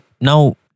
Now